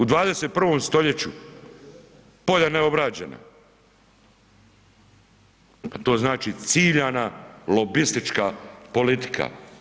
U 21. stoljeću polja neobrađena, pa to znači ciljana lobistička politika.